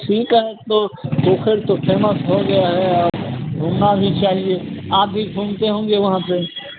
ठीक है तो पोखर तो फेमस हो गया है घूमना ही चाहिए आप भी घूमते होंगे वहाँ पर